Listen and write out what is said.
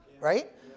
right